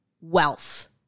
wealth